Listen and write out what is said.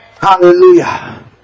Hallelujah